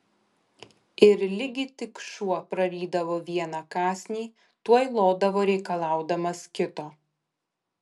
ir ligi tik šuo prarydavo vieną kąsnį tuoj lodavo reikalaudamas kito